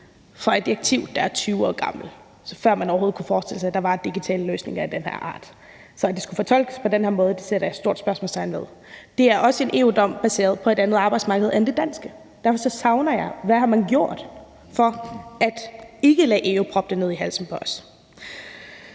fra et direktiv, der er 20 år gammelt, altså før man overhovedet kunne forestille sig, at der var digitale løsninger af den her art. Så at det skulle fortolkes på den her måde, sætter jeg et stort spørgsmålstegn ved. Det er også en EU-dom baseret på et andet arbejdsmarked end det danske. Derfor savner jeg at høre om, hvad man har gjort for ikke at lade EU proppe det ned i halsen på os.